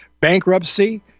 bankruptcy